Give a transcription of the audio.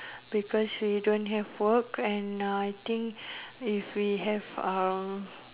because we don't have work and I think if we have